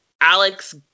Alex